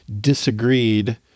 disagreed